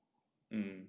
mm